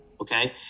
okay